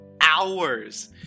hours